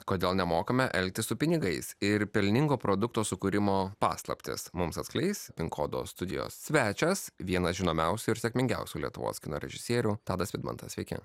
kodėl nemokame elgtis su pinigais ir pelningo produkto sukūrimo paslaptis mums atskleis pin kodo studijos svečias vienas žinomiausių ir sėkmingiausių lietuvos kino režisierių tadas vidmantas sveiki